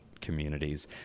communities